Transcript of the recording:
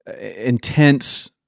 intense